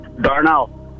Darnell